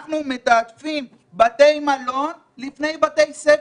אנחנו מתעדפים בתי מלון לפני בתי ספר.